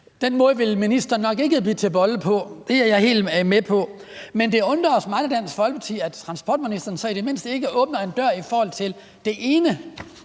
Den måde ville ministeren nok ikke bide til bolle på; det er jeg helt med på. Men det undrer os meget i Dansk Folkeparti, at transportministeren så i det mindste ikke åbner en dør i forhold til det ene